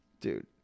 Dude